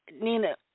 Nina